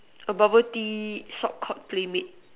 bubble Tea shop called playmade